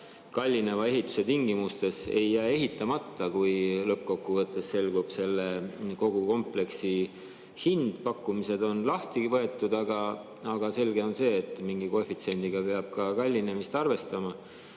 kallineva ehituse tingimustes ei jää ehitamata, kui lõppkokkuvõttes selgub kogu selle kompleksi hind. Pakkumised on lahti võetud, aga selge on see, et mingi koefitsiendiga peab ka kallinemist arvestama.